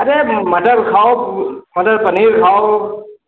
अरे मटन खाओ मटर पनीर खाओ